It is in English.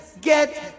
get